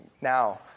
now